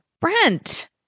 Brent